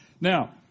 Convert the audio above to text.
Now